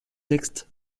textes